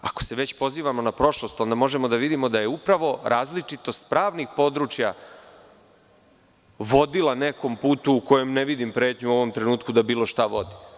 Ako se već pozivamo na prošlost, onda možemo da vidimo da je upravo različitost pravnih područja vodila nekom putu kojem ne vidim pretnju u ovom trenutku da bilo šta vodi.